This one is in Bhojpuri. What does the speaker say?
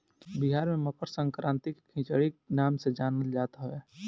बिहार में मकरसंक्रांति के खिचड़ी नाम से जानल जात हवे